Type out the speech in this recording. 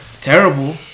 terrible